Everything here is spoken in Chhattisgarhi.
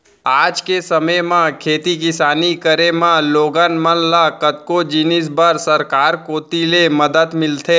आज के समे म खेती किसानी करे म लोगन मन ल कतको जिनिस बर सरकार कोती ले मदद मिलथे